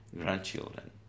grandchildren